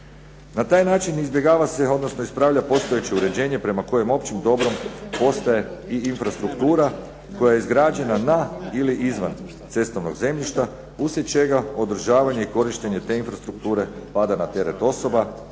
Na taj način izbjegava se, odnosno ispravlja postojeće uređenje prema kojem općim dobrom postaje i infrastruktura koja je izgrađena na ili izvan cestovnog zemljišta uslijed čega održavanje i korištenje te infrastrukture pada na teret osoba